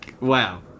wow